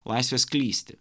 laisvės klysti